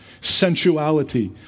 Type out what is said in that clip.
sensuality